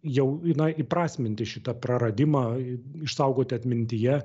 jau na įprasminti šitą praradimą išsaugoti atmintyje